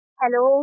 hello